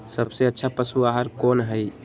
सबसे अच्छा पशु आहार कोन हई?